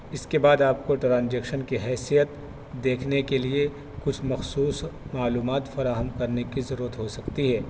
اس کے بعد آپ کو ٹرانجیکشن کی حیثیت دیکھنے کے لیے کچھ مخصوص معلومات فراہم کرنے کی ضرورت ہو سکتی ہے